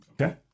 Okay